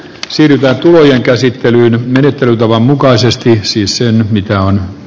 siitä tulee käsittelyyn menettelytavan mukaisesti siis sen mitä on